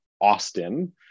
Austin